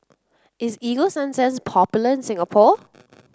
is Ego Sunsense popular in Singapore